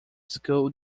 school